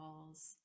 walls